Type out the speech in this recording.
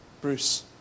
Bruce